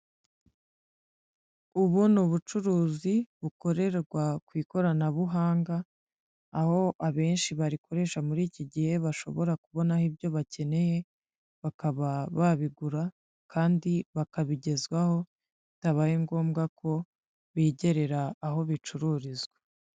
Ubu ni ubucuruzi bukorerwa ku ikoranabuhanga aho abenshi barikoresha muri iki gihe bashobora kubona ibyo bakeneye bakaba babigura kandi bakabigezwaho bitabaye ngombwa ko bigerera aho bicururizwa.